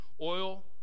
oil